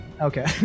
Okay